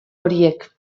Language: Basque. horiek